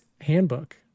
handbook